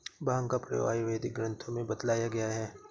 भाँग का प्रयोग आयुर्वेदिक ग्रन्थों में बतलाया गया है